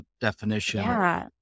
definition